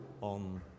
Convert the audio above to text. on